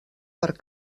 per